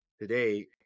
today